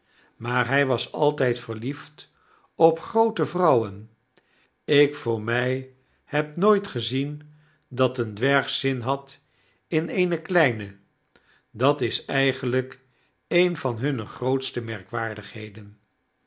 maar hy was altyd verliefd op groote vrouwen ik voor my heb nooit gezien dat een dwerg zin had in eene kleine dat is eigenlijk een van hunne grootste merkwaardigheden